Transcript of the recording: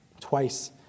twice